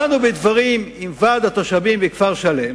באנו בדברים עם ועד התושבים מכפר-שלם